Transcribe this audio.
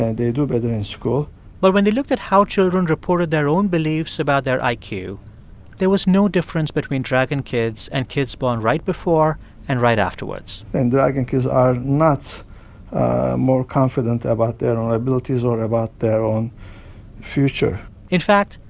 and they do better in school but when they looked at how children reported their own beliefs about their like iq, there was no difference between dragon kids and kids born right before and right afterwards and dragon kids are not more confident about their and own abilities or about their own future in fact,